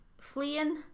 fleeing